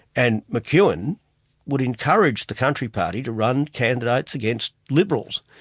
and mcewen would encourage the country party to run candidates against liberals.